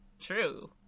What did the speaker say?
true